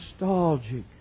nostalgic